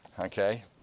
okay